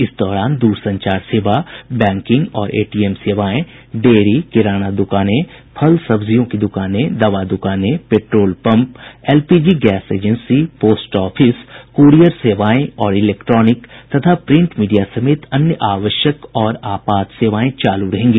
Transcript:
इस दौरान दूरसंचार सेवा बैंकिंग और एटीएम सेवाएं डेयरी किराना दुकानें फल सब्जियों की दुकानें दवा दुकानें petrol pump LPG gas agency post office courier सेवाएं और इलेक्ट्रॉनिक तथा प्रिंट मीडिया समेत अन्य आवश्यक और आपात सेवाएं चालू रहेंगी